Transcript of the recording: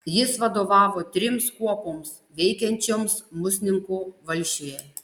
jis vadovavo trims kuopoms veikiančioms musninkų valsčiuje